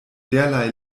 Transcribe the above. derlei